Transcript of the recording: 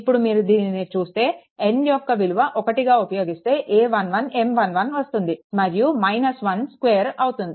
ఇప్పుడు మీరు దీనిని చూస్తే n యొక్క విలువని 1గా ఉపయోగిస్తే a11 M11 వస్తుంది మరియు2 అవుతుంది